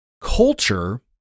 Culture